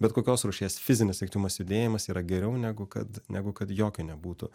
bet kokios rūšies fizinis aktyvumas judėjimas yra geriau negu kad negu kad jokio nebūtų